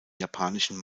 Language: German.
japanischen